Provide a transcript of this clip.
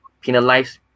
penalized